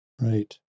Right